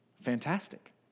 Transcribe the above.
Fantastic